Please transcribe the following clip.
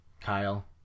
Kyle